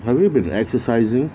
have you been exercising